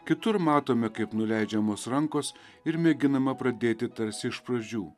kitur matome kaip nuleidžiamos rankos ir mėginama pradėti tarsi iš pradžių